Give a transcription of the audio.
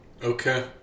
Okay